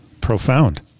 Profound